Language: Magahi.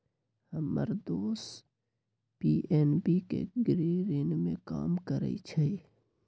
हम्मर दोस पी.एन.बी के गृह ऋण में काम करइ छई